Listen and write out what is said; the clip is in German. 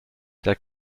der